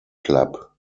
club